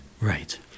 right